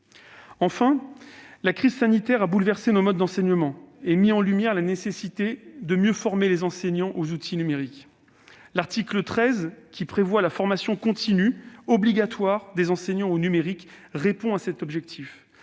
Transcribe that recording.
Enfin, la crise sanitaire a bouleversé nos modes d'enseignement et mis en lumière la nécessité de mieux former les enseignants aux outils numériques. L'article 13, qui prévoit la formation continue obligatoire des enseignants au numérique répond à cet objectif.